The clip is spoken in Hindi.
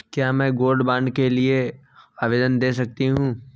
क्या मैं गोल्ड बॉन्ड के लिए आवेदन दे सकती हूँ?